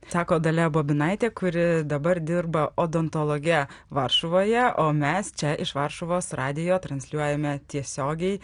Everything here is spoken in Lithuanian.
sako dalia bobinaitė kuri dabar dirba odontologe varšuvoje o mes čia iš varšuvos radijo transliuojame tiesiogiai